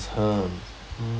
term um